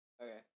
Okay